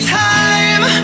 time